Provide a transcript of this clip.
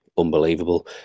Unbelievable